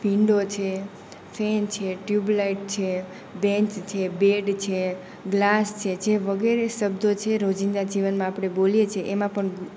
window છે fan છે tubelight છે બેન્ચ છે બેડ છે ગ્લાસ છે જે વગેરે શબ્દો છે રોજિંદા જીવનમાં આપણે બોલીએ છીએ એમાં પણ